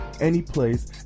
anyplace